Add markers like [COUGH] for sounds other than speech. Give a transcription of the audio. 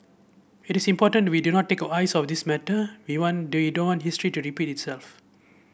it is important we do not take our eyes off this matter we want [UNINTELLIGIBLE] history to repeat itself